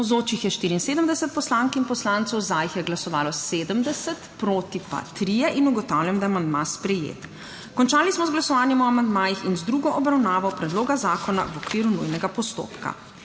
Navzočih je 74 poslank in poslancev, za jih je glasovalo 70, proti 3. (Za je glasovalo 70.) (Proti 3.) Ugotavljam, da je amandma sprejet. Končali smo z glasovanjem o amandmajih in z drugo obravnavo predloga zakona v okviru nujnega postopka.